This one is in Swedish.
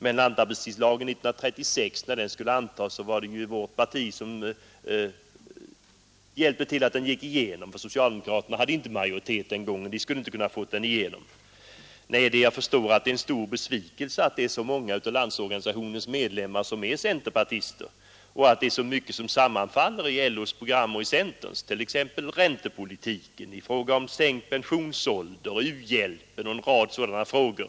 Men när lantarbetstidslagen skulle antas 1936 var det vårt parti som hjälpte till att få den igenom, för socialdemokraterna hade inte majoritet den gången. Jag förstår att det är en stor besvikelse att så många av Landsorganisationens medlemmar är centerpartister och att det är så mycket som sammanfaller i LO:s program och i centerns, t.ex. i fråga om räntepolitik, sänkt pensionsålder, u-hjälp och en rad sådana frågor.